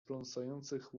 pląsających